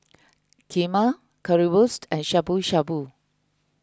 Kheema Currywurst and Shabu Shabu